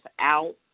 out